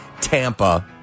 Tampa